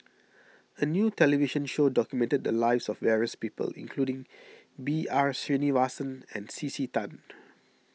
a new television show documented the lives of various people including B R Sreenivasan and C C Tan